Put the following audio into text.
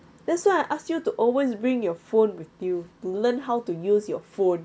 that's why I ask you to always bring your phone with you learn how to use your phone